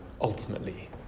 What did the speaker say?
ultimately